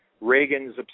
Reagan's